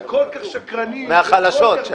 מהחלשות שהיו.